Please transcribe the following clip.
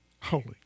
Holy